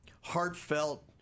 heartfelt